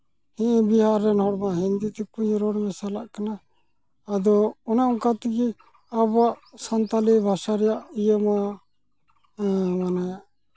ᱵᱤᱦᱟᱨ ᱨᱮᱱ ᱦᱚᱲ ᱢᱟᱛᱚ ᱦᱤᱱᱫᱤ ᱛᱮᱠᱚ ᱨᱚᱲ ᱢᱮᱥᱟᱞᱟᱜ ᱠᱟᱱᱟ ᱟᱫᱚ ᱚᱱᱮ ᱚᱱᱠᱟ ᱛᱮᱜᱮ ᱟᱵᱚᱣᱟᱜ ᱥᱟᱱᱛᱟᱲᱤ ᱵᱷᱟᱥᱟ ᱨᱮᱭᱟᱜ ᱤᱭᱟᱹ ᱢᱟ ᱢᱟᱱᱮ